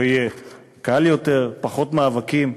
שבו יהיה קל יותר, פחות מאבקים?"